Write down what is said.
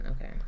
Okay